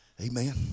amen